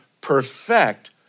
perfect